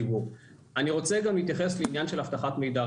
אני רוצה גם להתייחס לעניין של אבטחת מידע.